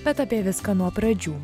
bet apie viską nuo pradžių